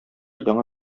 яңа